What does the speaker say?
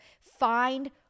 find